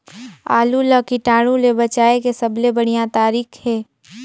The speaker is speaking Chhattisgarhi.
आलू ला कीटाणु ले बचाय के सबले बढ़िया तारीक हे?